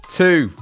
two